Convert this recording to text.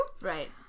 Right